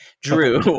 Drew